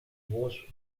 voz